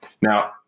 Now